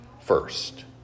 first